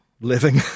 living